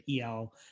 EL